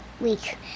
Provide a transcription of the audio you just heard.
week